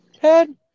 Ted